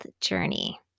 journey